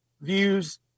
views